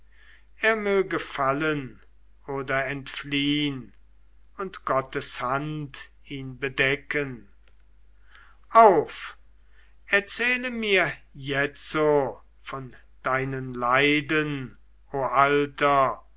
er möge fallen oder entfliehn und gottes hand ihn bedecken auf erzähle mir jetzo von deinen leiden o alter